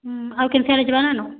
ଆଉ କେନ୍ସି ଆଡ଼େ ଯିବାର୍ ନାଇ ନ